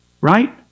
Right